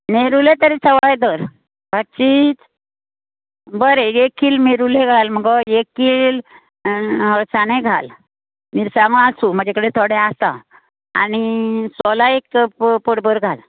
मेरुले तरी सवाय दर पांचशीच बरें एक कील मेरुले घाल मुगो एक कील अळसाणे घाल मिरसांगो आसूं म्हाजे कडेन थोडे आसा आनी सोलां एक प पड भर घाल